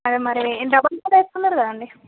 అదే మరి double road వేస్తున్నారు కదండీ